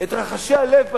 את רחשי הלב בציבור,